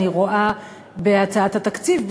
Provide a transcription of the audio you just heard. אני רואה בהצעת התקציב,